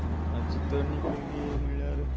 आंताची तरणी पिळगी म्हळ्यार